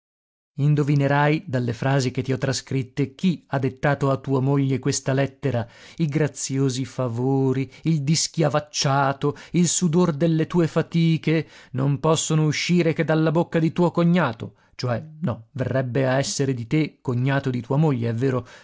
necessità indovinerai dalle frasi che ti ho trascritte chi ha dettato a tua moglie questa lettera i graziosi favori il dischiavacciato il sudor delle tue fatiche non possono uscire che dalla bocca di tuo cognato cioè no verrebbe a essere di te cognato di tua moglie è vero